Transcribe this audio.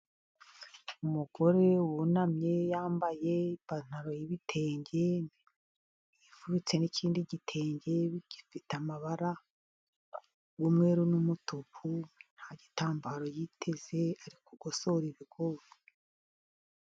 Umugore wunamye, yambaye ipantaro y'ibitenge, yifubitse n'ikindi gitenge, gifite amabara y'umweru n'umutuku, nta gitambaro yiteze, ari kugosore ibigori.